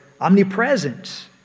omnipresence